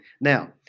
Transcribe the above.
Now